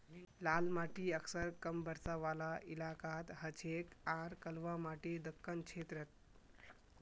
लाल माटी अक्सर कम बरसा वाला इलाकात हछेक आर कलवा माटी दक्कण क्षेत्रत